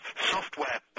software